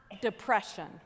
depression